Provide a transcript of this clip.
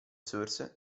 source